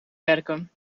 werken